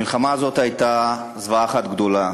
המלחמה הזאת הייתה זוועה אחת גדולה,